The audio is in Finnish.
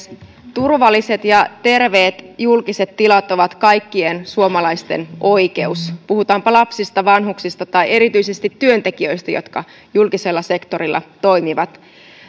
turvalliset ja terveet julkiset tilat ovat kaikkien suomalaisten oikeus puhutaanpa lapsista vanhuksista tai erityisesti työntekijöistä jotka julkisella sektorilla toimivat